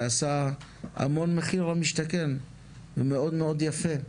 ועשה המון מחיר למשתכן וזה מאוד מאוד יפה.